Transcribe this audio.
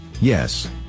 Yes